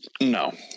No